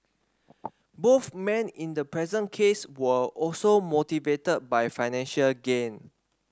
both men in the present case were also motivated by financial gain